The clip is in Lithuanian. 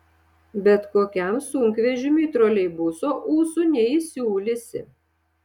bet kokiam sunkvežimiui troleibuso ūsų neįsiūlysi